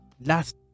last